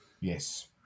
Yes